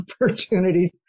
opportunities